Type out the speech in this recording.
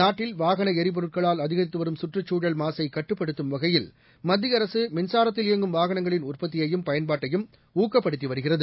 நாட்டில் வாகன எரிபொருட்களால் அதிகரித்து வரும் கற்றுச்சூழல் மாசை கட்டுப்படுத்தும் வகையில் மத்திய அரசு மின்சாரத்தில் இயங்கும் வாகனங்களின் உற்பத்தியையும் பயன்பாட்டையும் ஊக்கப்படுத்தி வருகிறது